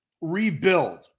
Rebuild